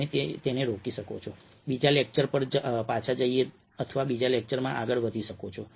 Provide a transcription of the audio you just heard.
તમે તેને રોકી શકો છો બીજા લેક્ચર પર પાછા જઈ શકો છો અથવા બીજા લેક્ચરમાં આગળ વધી શકો છો